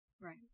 right